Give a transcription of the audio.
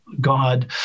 God